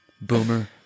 Boomer